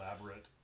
elaborate